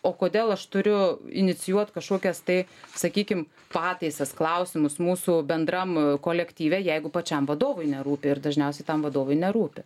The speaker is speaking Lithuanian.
o kodėl aš turiu inicijuot kažkokias tai sakykim pataisas klausimus mūsų bendram kolektyve jeigu pačiam vadovui nerūpi ir dažniausiai tam vadovui nerūpi